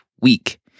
week